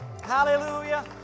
hallelujah